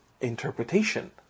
interpretation